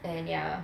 and ya